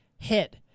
hit